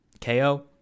KO